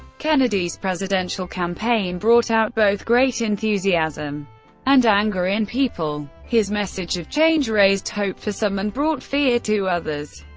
kennedy's presidential campaign brought out both great enthusiasm and anger in people. his message of change raised hope for some and brought fear to others.